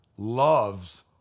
loves